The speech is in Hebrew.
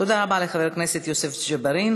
תודה רבה לחבר הכנסת יוסף ג'בארין.